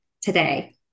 today